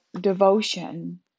devotion